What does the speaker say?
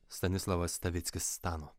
stanislavas stavickis stano